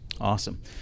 awesome